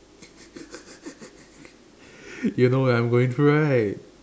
you know what I'm going through right